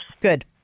Good